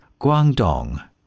Guangdong